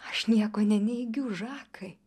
aš nieko neneigiu žakai